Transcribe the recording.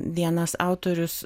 vienas autorius